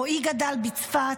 רועי גדל בצפת,